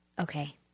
Okay